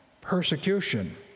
persecution